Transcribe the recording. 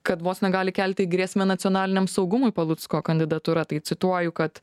kad vos ne gali kelti grėsmę nacionaliniam saugumui palucko kandidatūra tai cituoju kad